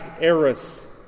heiress